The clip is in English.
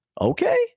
okay